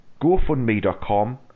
gofundme.com